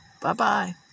Bye-bye